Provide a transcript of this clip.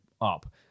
up